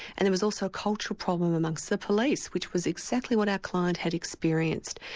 and there was also a cultural problem amongst the police, which was exactly what our client had experienced.